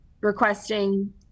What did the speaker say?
requesting